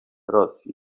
rosji